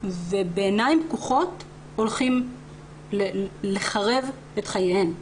ובעיניים פקוחות הולכים לחרב את חייהן.